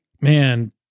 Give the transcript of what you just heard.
man